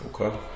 Okay